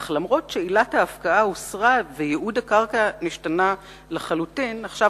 אך למרות שעילת ההפקעה הוסרה וייעוד הקרקע נשתנה לחלוטין" עכשיו,